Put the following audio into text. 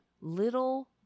little